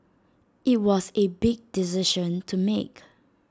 IT was A big decision to make